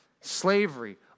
Slavery